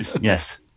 Yes